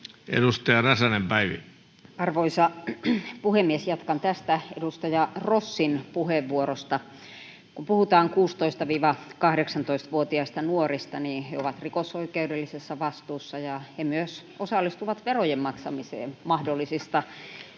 13:17 Content: Arvoisa puhemies! Jatkan tästä edustaja Rossin puheenvuorosta. Kun puhutaan 16—18-vuotiaista nuorista, he ovat rikosoikeudellisessa vastuussa ja he myös osallistuvat verojen maksamiseen mahdollisista